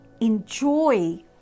enjoy